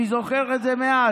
אני זוכר את זה מאז.